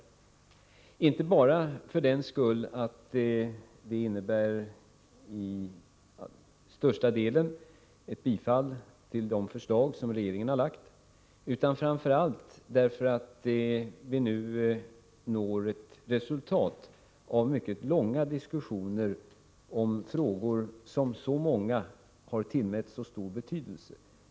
Jag säger detta inte bara därför att utskottets skrivning till största delen innebär ett bifall till de förslag som regeringen lagt fram, utan framför allt därför att vi nu kan skönja ett resultat av mycket långa diskussioner om frågor som så många har tillmätt så stor betydelse.